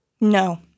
No